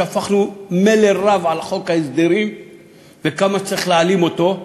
שפכנו מלל רב על חוק ההסדרים וכמה שצריך להעלים אותו,